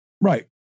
right